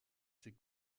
ses